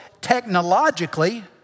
technologically